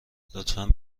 لطفا